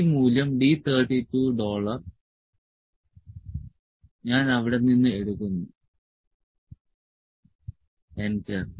ഈ മൂല്യം D32 dollar ഞാൻ അവിടെ നിന്ന് എടുക്കുന്നു എന്റർ